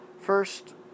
first